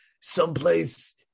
someplace